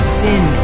sin